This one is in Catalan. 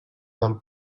del